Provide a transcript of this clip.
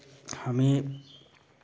हमें